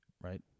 right